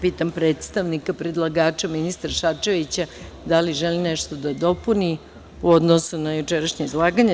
Pitam predstavnika predlagača ministra Šarčevića da li želi nešto da dopuni u odnosu na jučerašnje izlaganje.